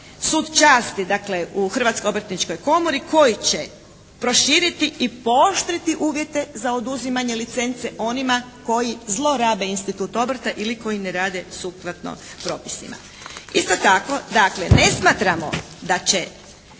Sud časti dakle u Hrvatskoj obrtničkoj komori koji će proširiti i pooštriti uvjete za oduzimanje licence onima koji zlorabe institut obrta ili koji ne rade sukladno propisima. Isto tako dakle ne smatramo da će